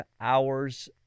hours